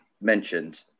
mentioned